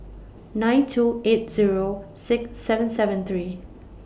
nine two eight Zero six seven seven three